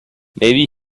maybe